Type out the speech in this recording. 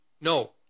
No